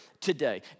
today